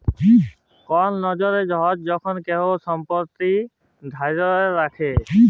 call লকের জনহ যখল কেহু সম্পত্তি ধ্যরে রাখে